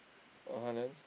(uh huh) then